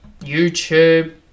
YouTube